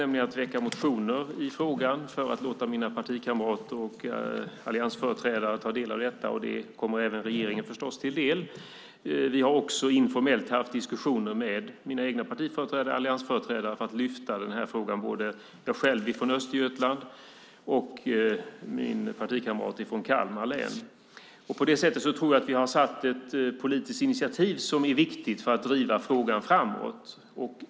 Jag har nämligen väckt motioner i frågan för att låta mina partikamrater och alliansföreträdare ta del av detta, och det kommer förstås även regeringen till del. Vi har också informellt haft diskussioner med våra egna partiföreträdare och alliansföreträdare för att lyfta den här frågan. Det gäller både mig själv från Östergötland och min partikamrat från Kalmar län. På det sättet tror jag att vi har tagit ett politiskt initiativ som är viktigt för att driva frågan framåt.